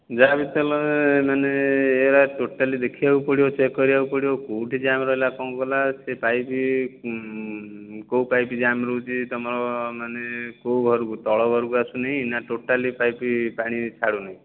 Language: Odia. ଯାହାବି ତ ହେଲେ ମାନେ ଏଗୁଡ଼ା ଟୋଟାଲି ଦେଖିବାକୁ ପଡ଼ିବ ଚେକ୍ କରିବାକୁ ପଡ଼ିବ କେଉଁଠି ଜାମ୍ ରହିଲା କଣ କଲା ସେ ପାଇପ୍ କେଉଁ ପାଇପ୍ ଜାମ୍ ରହୁଛି ତୁମର ମାନେ କେଉଁ ଘରକୁ ତଳ ଘରକୁ ଆସୁନି ନା ଟୋଟାଲି ପାଇପ୍ ପାଣି ଛାଡ଼ୁନି